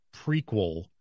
prequel